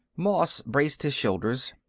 moss braced his shoulders.